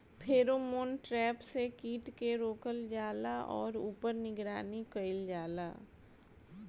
Pheromone trap से कीट के रोकल जाला और ऊपर निगरानी कइल जाला?